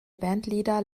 bandleader